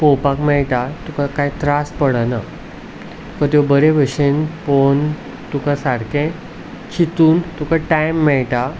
पोवपाक मेळटा तुका कांय त्रास पडना त्यो बरे भशेन पोवून तुका सारकें चितूंक तुका टायम मेळटा